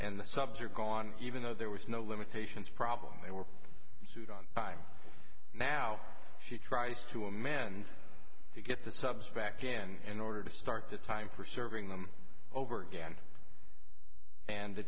and the subs are gone even though there was no limitations problem they were sued on by now she tries to amend to get the subs back again in order to start the time for serving them over again and the